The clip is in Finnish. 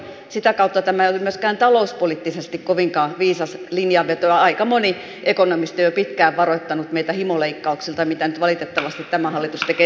sitä kautta tämä ei ole myöskään talouspoliittisesti kovinkaan viisas linjanveto ja aika moni ekonomisti on jo pitkään varoittanut meitä himoleikkauksista joita nyt valitettavasti tämä hallitus tekee nimenomaan pienituloisilta